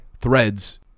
threads